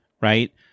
right